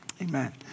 Amen